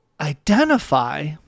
identify